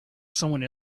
someone